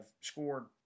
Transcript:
scored